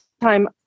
time